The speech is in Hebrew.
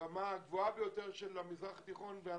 ברמה הגבוהה ביותר של המזרח התיכון.